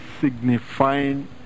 signifying